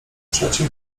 trzecim